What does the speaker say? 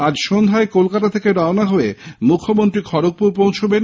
আজ সন্ধ্যায় কলকাতা থেকে রওনা হয়ে মুখ্যমন্ত্রী খড়গপুর পৌঁছবেন